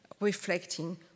reflecting